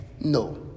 No